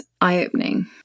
eye-opening